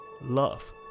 love